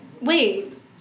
wait